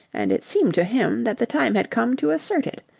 and it seemed to him that the time had come to assert it.